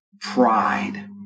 pride